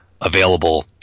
available